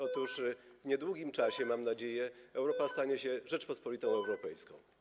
Otóż w niedługim czasie, mam nadzieję, Europa stanie się rzecząpospolitą europejską.